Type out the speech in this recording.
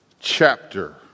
chapter